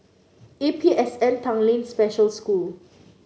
A P S N Tanglin Special School